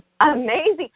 amazing